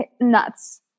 nuts